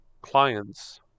clients